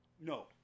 No